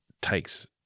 takes